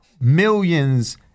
millions